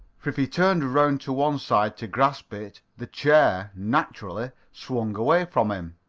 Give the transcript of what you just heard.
for if he turned around to one side to grasp it, the chair, naturally, swung away from him.